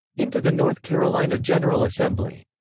into the north carolina general assembly.